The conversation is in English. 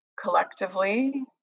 collectively